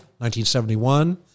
1971